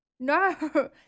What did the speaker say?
No